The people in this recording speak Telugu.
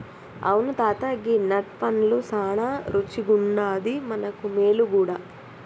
అవును తాత గీ నట్ పండు సానా రుచిగుండాది మనకు మేలు గూడా